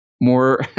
more